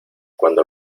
cuando